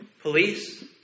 police